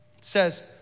says